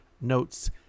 notes